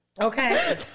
Okay